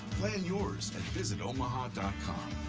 plan yours at visitomaha com.